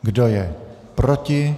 Kdo je proti?